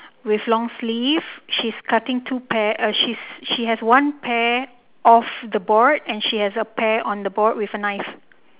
with long sleeve she's cutting two pear uh she's she has one pear off the board and she has a pear on the board with a knife